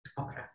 Okay